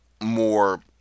more